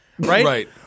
Right